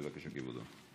בבקשה, כבודו.